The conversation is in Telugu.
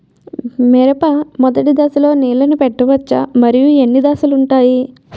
మిరప మొదటి దశలో నీళ్ళని పెట్టవచ్చా? మరియు ఎన్ని దశలు ఉంటాయి?